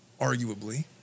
arguably